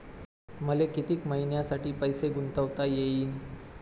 मले कितीक मईन्यासाठी पैसे गुंतवता येईन?